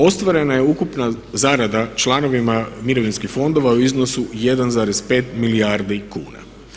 Ostvarena je ukupna zarada članovima mirovinskih fondova u iznosu 1,5 milijardi kuna.